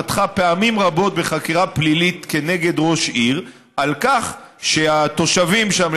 פתחה פעמים רבות בחקירה פלילית נגד ראש עיר על כך שהתושבים שם,